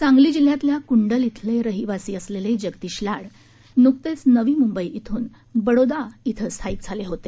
सांगली जिल्ह्यातल्या क्ंडल इथले रहिवासी असलेले जगदीश लाड न्कतेच नवी म्ंबईतून बडोदा इथं स्थायिक झाले होते